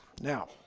Now